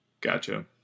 Gotcha